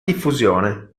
diffusione